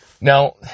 Now